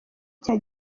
cya